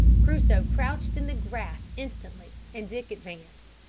crusoe crouched in the grass instantly, and dick advanced.